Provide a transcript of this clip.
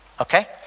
Okay